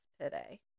today